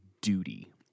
duty